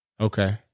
Okay